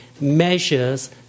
measures